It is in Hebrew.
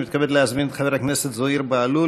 אני מתכבד להזמין את חבר הכנסת זוהיר בהלול.